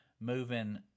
moving